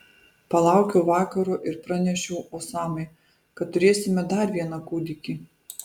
palaukiau vakaro ir pranešiau osamai kad turėsime dar vieną kūdikį